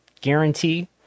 guarantee